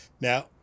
Now